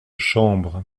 chambre